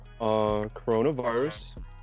coronavirus